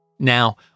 Now